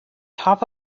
top